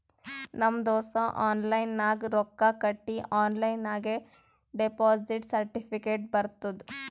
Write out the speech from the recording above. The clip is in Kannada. ನಮ್ ದೋಸ್ತ ಆನ್ಲೈನ್ ನಾಗ್ ರೊಕ್ಕಾ ಕಟ್ಟಿ ಆನ್ಲೈನ್ ನಾಗೆ ಡೆಪೋಸಿಟ್ ಸರ್ಟಿಫಿಕೇಟ್ ಬರ್ತುದ್